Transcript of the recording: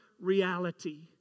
reality